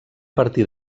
partir